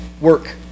work